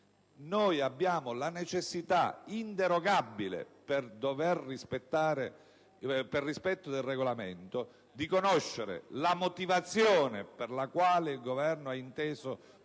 abbiamo la necessità inderogabile, per rispetto del Regolamento, di conoscere la ragione per la quale il Governo ha inteso